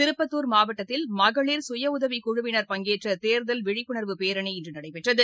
திருப்பத்துர் மாவட்டத்தில் மகளிர் சுயஉதவிக்குழுவினர் பங்கேற்றதேர்தல் விழிப்புணர்வு பேரணி இன்றநடைபெற்றது